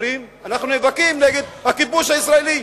אומרים: אנחנו נאבקים נגד הכיבוש הישראלי.